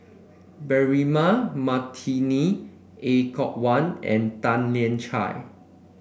Braema Mathi Er Kwong Wah and Tan Lian Chye